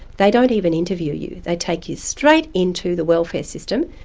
they don't even interview you, they take you straight into the welfare system,